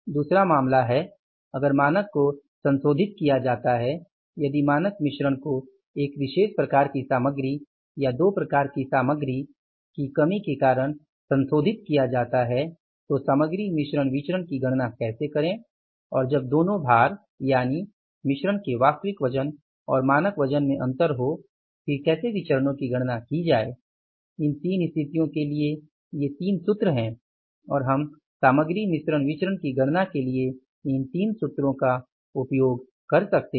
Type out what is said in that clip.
दूसरा मामला है अगर मानक को संशोधित किया जाता है यदि मानक मिश्रण को 1 विशेष प्रकार की सामग्री या 2 प्रकार की सामग्री की कमी के कारण संशोधित किया जाता है तो सामग्री मिश्रण विचरण की गणना कैसे करें और जब दोनों भार यानि मिश्रण के वास्तविक वजन और मानक वजन में अंतर हो फिर कैसे विचरणों की गणना की जाए इन 3 स्थितियों के लिए ये 3 सूत्र हैं और हम सामग्री मिश्रण विचरण की गणना के लिए इन 3 सूत्रों का उपयोग कर सकते हैं